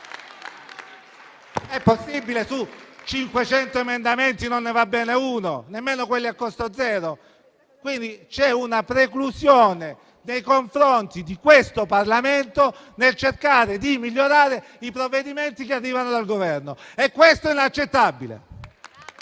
È possibile che su 500 emendamenti non ne vada bene uno? Nemmeno quelli a costo zero? C'è una preclusione nei confronti di questo Parlamento, che cerca di migliorare i provvedimenti che arrivano dal Governo; e questo è inaccettabile.